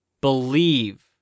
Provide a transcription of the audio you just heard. believe